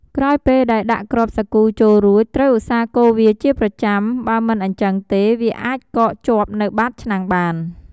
ក្រោយពេលដែលដាក់គ្រាប់សាគូចូលរួចត្រូវឧស្សាហ៍កូរវាជាប្រចាំ បើមិនអ៊ីចឹងទេវាអាចកកជាប់នៅបាតឆ្នាំងបាន។